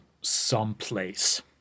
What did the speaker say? someplace